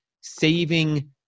saving